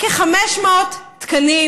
של כ-500 תקנים